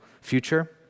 future